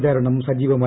പ്രചാരണം സജീവമായി